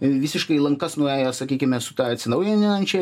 visiškai lankas nuėjo sakykime su ta atsinaujinančia